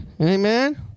Amen